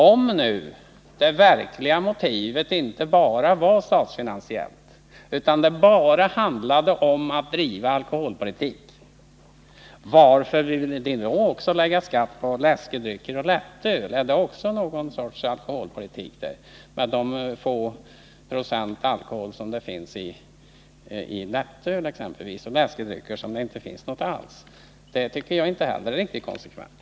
Om nu det verkliga motivet inte var statsfinansiellt utan det bara handlade om att driva alkoholpolitik kan man fråga sig varför ni ville höja skatten på läskedrycker och lättöl. Är detta också någon sorts alkoholpolitik? Det är ju en mycket låg alkoholprocent i t.ex. lättöl, och i läskedrycker finns det ju ingen alkohol alls. Det tycker jag inte heller är riktigt konsekvent.